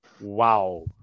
Wow